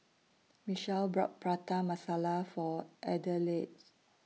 Michele bought Prata Masala For Adelaide